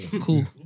Cool